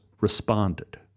responded